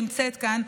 שנמצאת כאן,